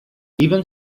even